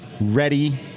ready